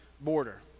border